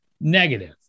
negative